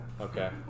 Okay